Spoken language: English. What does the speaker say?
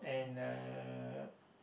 and uh